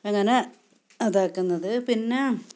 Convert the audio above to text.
അങ്ങനെ അതാക്കുന്നത് പിന്നെ